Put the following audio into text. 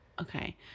Okay